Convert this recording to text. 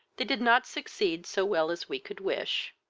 they did not succeed so well as we could wish.